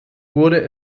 wurde